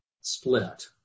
split